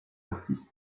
artistes